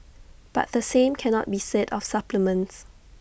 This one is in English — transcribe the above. but the same cannot be said of supplements